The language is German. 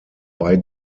bei